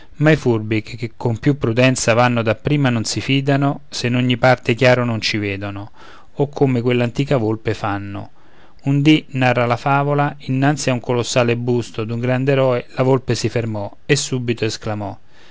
ma i furbi che con più prudenza vanno dapprima non si fidano se in ogni parte chiaro non ci vedono o come quell'antica volpe fanno un dì narra la favola innanzi a un colossale busto d'un grande eroe la volpe si fermò e subito esclamò